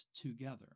together